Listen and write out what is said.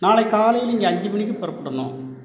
நாளைக்கு காலையில் இங்கே அஞ்சு மணிக்கு புறப்படணும்